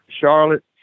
Charlotte